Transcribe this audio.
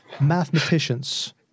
mathematicians